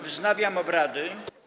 Wznawiam obrady.